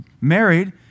married